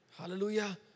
Hallelujah